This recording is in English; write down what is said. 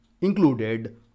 included